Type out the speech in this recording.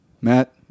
Matt